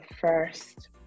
first